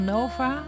Nova